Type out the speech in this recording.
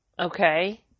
okay